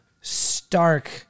stark